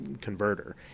converter